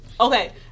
Okay